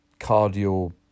cardio